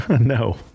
No